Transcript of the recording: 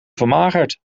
vermagerd